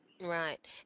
Right